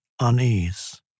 Unease